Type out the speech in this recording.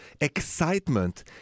excitement